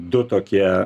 du tokie